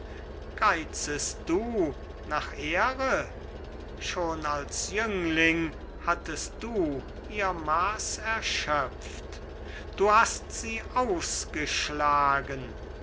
geizest du nach ehre schon als jüngling hattest du ihr maß erschöpft du hast sie ausgeschlagen